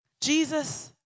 Jesus